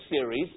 series